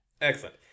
excellent